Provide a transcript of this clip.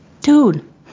Dude